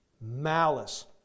malice